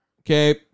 Okay